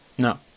No